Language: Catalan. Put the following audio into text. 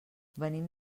venim